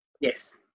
Yes